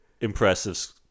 impressive